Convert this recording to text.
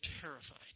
terrified